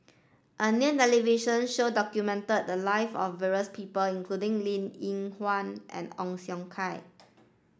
a new television show documented the lives of various people including Linn In Hua and Ong Siong Kai